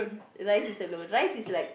rice is alone rice is like